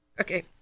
Okay